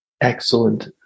excellent